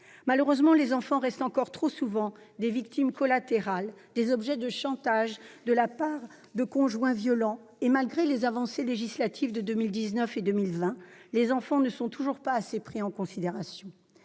Malheureusement, les enfants sont encore trop souvent des victimes collatérales, l'objet de chantages de la part de conjoints violents. Malgré les avancées législatives de 2019 et de 2020, les enfants ne sont toujours pas assez pris en considération.